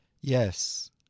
Yes